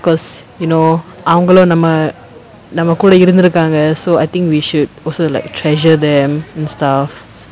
because you know அவங்களும் நம்ம நம்மகூட இருந்திருகாங்க:avangalum namma nammakooda irunthirukaanga so I think we should also like treasure them and stuff